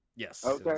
Yes